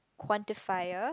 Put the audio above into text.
quantifier